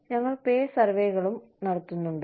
ഞങ്ങൾക്ക് പേ സർവേകളും ഉണ്ട്